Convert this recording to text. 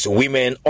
women